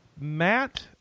Matt